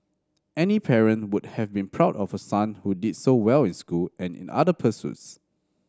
any parent would have been proud of a son who did so well in school and in other pursuits